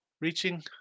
reaching